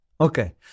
okay